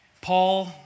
Paul